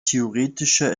theoretischer